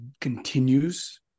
continues